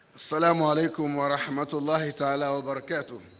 salaam ah alaikum wa rahmatullahi ta'ala. wa barakato